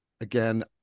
again